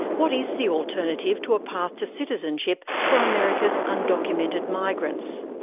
what is the alternative to a path to citizenship for america's undocumented migrants?